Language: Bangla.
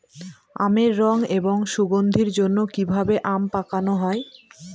আমের রং এবং সুগন্ধির জন্য কি ভাবে আম পাকানো হয়?